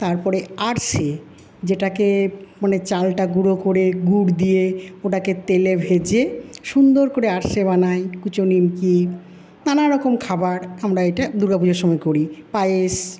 তারপরে আড়শে যেটাকে মানে চালটা গুঁড়ো করে গুড় দিয়ে ওটাকে তেলে ভেজে সুন্দর করে আড়শে বানাই কুচো নিমকি নানারকম খাবার আমরা এটা দুর্গা পুজোর সময় করি পায়েস